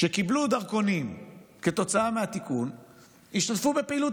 שקיבלו דרכונים כתוצאה מהתיקון השתתפו בפעילות